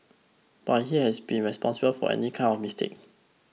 but he has been responsible for any kind of mistake